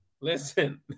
Listen